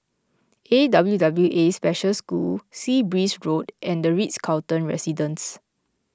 A W W A Special School Sea Breeze Road and the Ritz Carlton Residences